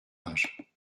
âge